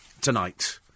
tonight